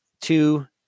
two